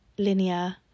linear